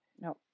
No